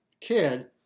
kid